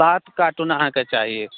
सात कार्टून अहाँके चाही